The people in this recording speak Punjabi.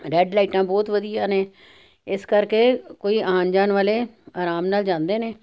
ਰੈੱਡ ਲਾਈਟਾਂ ਬਹੁਤ ਵਧੀਆ ਨੇ ਇਸ ਕਰਕੇ ਕੋਈ ਆਉਣ ਜਾਣ ਵਾਲੇ ਆਰਾਮ ਨਾਲ ਜਾਂਦੇ ਨੇ